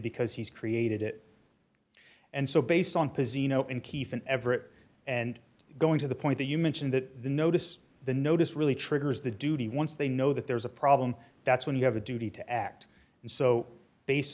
because he's created it and so based on pacino and keef and everett and going to the point that you mentioned that the notice the notice really triggers the duty once they know that there's a problem that's when you have a duty to act and so based